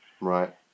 right